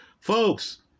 Folks